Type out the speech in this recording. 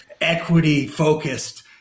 equity-focused